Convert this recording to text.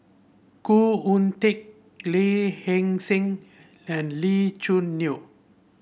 Khoo Oon Teik Lee Heng Seng and Lee Choo Neo